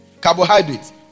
carbohydrates